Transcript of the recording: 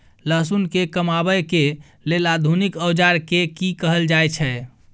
लहसुन के कमाबै के लेल आधुनिक औजार के कि कहल जाय छै?